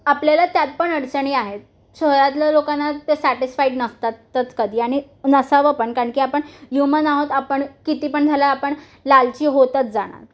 आपल्याला त्यात पण अडचणी आहेत शहरातल्या लोकांना ते सॅटिस्फाईड नसतात तर कधी आणि नसावं पण कारण की आपण ह्युमन आहोत आपण किती पण झालं आपण लालची होतच जाणार